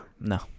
No